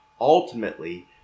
ultimately